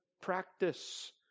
practice